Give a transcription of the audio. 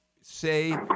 say